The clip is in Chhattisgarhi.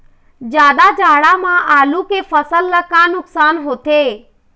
जादा जाड़ा म आलू के फसल ला का नुकसान होथे?